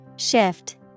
Shift